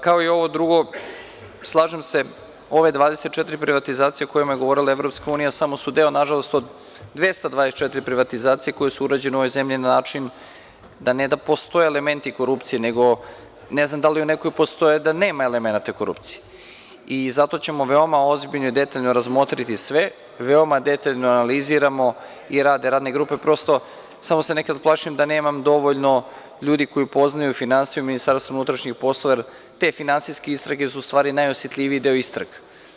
Kao i ovo drugo, slažem se, ove 24 privatizacije o kojima je govorila EU, samo su deo na žalost 224 privatizacije koje su urađene u ovoj zemlji na način da ne da postoje elementi korupcije, nego ne znam da li u nekoj postoje da nema elemenata korupcije i zato ćemo veoma ozbiljno i detaljno razmotriti sve, veoma detaljno analiziramo i rad radne grupe, prosto, samo se nekada plašim da nemam dovoljno ljudi koji poznaju finansije u MUP, jer te finansijske istrage su u stvari najosetljiviji deo istraga.